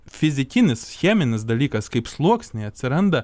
fizikinis cheminis dalykas kaip sluoksniai atsiranda